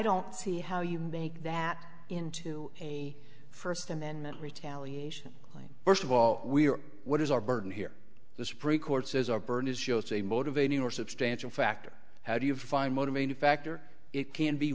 don't see how you make that into a first amendment retaliation claim first of all we are what is our burden here the supreme court says our burn is shows a motivating or substantial factor how do you find motivating factor it can be